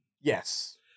Yes